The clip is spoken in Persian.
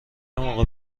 موقع